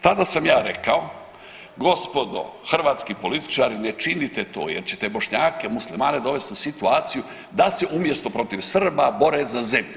Tada sam ja rekao, gospodo hrvatski političari ne činite to jer ćete Bošnjake, Muslimane dovesti u situaciju da se umjesto protiv Srba bore za zemlju.